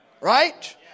Right